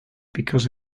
because